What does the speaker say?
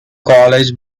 college